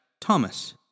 Thomas